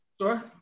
Sure